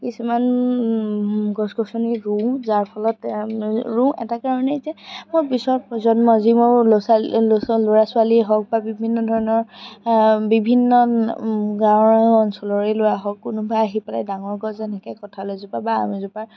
কিছুমান গছ গছনি ৰুওঁ যাৰ ফলত ৰুওঁ এটা কাৰণেই যে পিছৰ প্ৰজন্মই লৰা ছোৱালীয়ে হওক বা বিভিন্ন ধৰণৰ বিভিন্ন গাওঁ অঞ্চলৰেই ল'ৰা হওক কোনোবা আহি পেলাই ডাঙৰ গছ যেনেকৈ কঁঠাল এজোপা বা আম এজোপাৰ